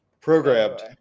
Programmed